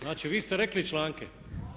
Znači vi ste rekli članke.